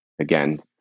again